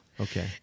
Okay